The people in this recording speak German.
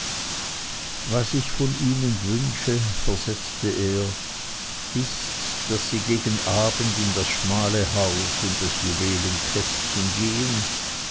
was ich von ihnen wünsche versetzte er ist daß sie gegen abend in das schmale haus in das juwelenkästchen gehen